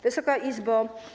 Wysoka Izbo!